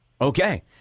Okay